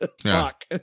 Fuck